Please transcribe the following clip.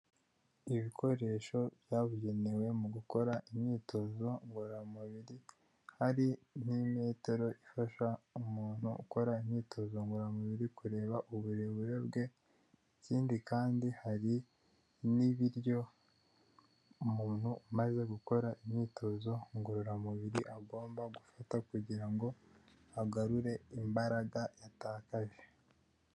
Ibikoresho byabugenewe mu gukora imyitozo ngororamubiri, hari n'imetero ifasha umuntu gukora imyitozo ngororamubiri kureba uburebure bwe, ikindi kandi hari n'ibiryo umuntu umaze gukora imyitozo ngororamubiri agomba gufata kugira ngo agarure imbaraga yatakaje.